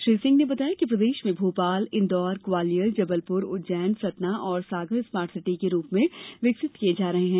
श्री सिंह ने बताया कि प्रदेश में भोपाल इंदौर ग्वालियर जबलपुर उज्जैन सतना और सागर स्मार्ट सिटी के रूप में विकसित किये जा रहे है